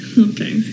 okay